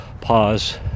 pause